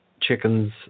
chickens